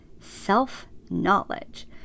self-knowledge